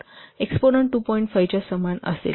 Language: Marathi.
5 च्या समान असेल